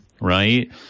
right